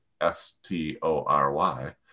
s-t-o-r-y